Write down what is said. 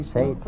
Say